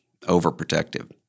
overprotective